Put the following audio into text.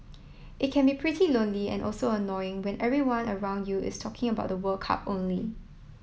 it can be pretty lonely and also annoying when everyone around you is talking about the World Cup only